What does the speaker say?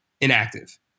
Inactive